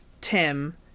Tim